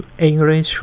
English